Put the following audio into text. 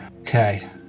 Okay